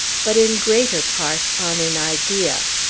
but in greater part on an idea.